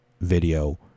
video